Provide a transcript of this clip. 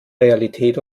realität